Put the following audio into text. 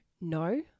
no